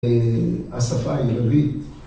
השפה העברית